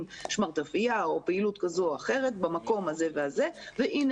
שמרטפייה או פעילות כזו או אחרת במקום הזה והזה והנה